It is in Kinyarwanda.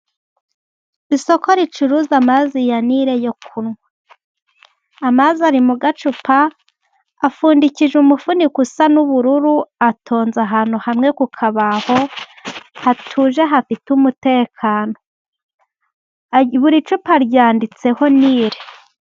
Isoko ricuruza amazi ya Nile yo kunywa, amazi ari mu gacupa apfundikijwe umufuniko usa n'ubururu, atonze ahantu hamwe ku kabaho, hatuje hafite umutekano, buri cupa ryanditseho Nile.